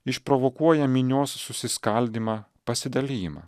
išprovokuoja minios susiskaldymą pasidalijimą